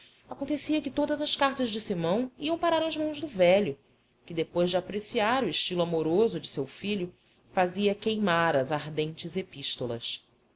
acontecia que todas as cartas de simão iam parar às mãos do velho que depois de apreciar o estilo amoroso de seu filho fazia queimar as ardentes epístolas